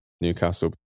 Newcastle